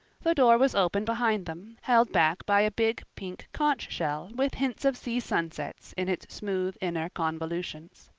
the door was open behind them, held back by a big pink conch shell with hints of sea sunsets in its smooth inner convolutions.